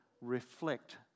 reflect